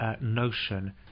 notion